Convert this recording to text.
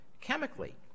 chemically